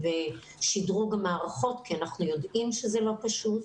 ובשדרוג מערכות כי אנחנו יודעים שזה לא פשוט.